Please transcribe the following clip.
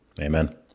Amen